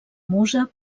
musa